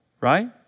right